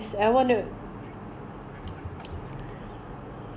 oh my god but actually I would I would want to be invisible also